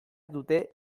dute